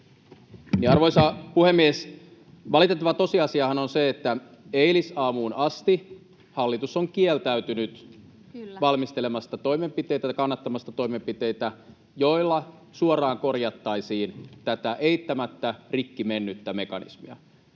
Arvoisa puhemies! Valitettava tosiasiahan on se, että eilisaamuun asti hallitus on kieltäytynyt valmistelemasta toimenpiteitä ja kannattamasta toimenpiteitä, joilla suoraan korjattaisiin tätä eittämättä rikki mennyttä mekanismia.